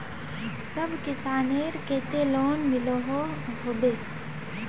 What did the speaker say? सब किसानेर केते लोन मिलोहो होबे?